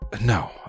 No